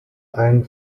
ein